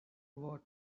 what